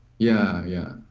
yeah, yeah.